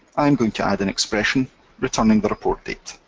i'm going to add an expression returning the report date.